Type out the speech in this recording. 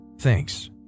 Thanks